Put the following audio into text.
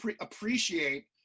appreciate